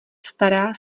stará